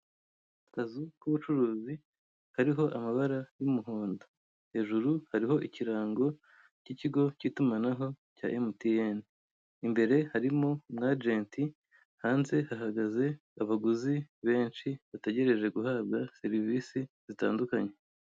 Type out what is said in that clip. Akazu k'ubucuruzi hariho amabara y'umuhondo, hejuru hariho ikirango cy'ikigo cy'itumanaho cya MTN, imbere harimo umwajenti, hanze hahagaze abaguzi benshi bategereje guhabwa serivisi zitandukanye.